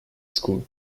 school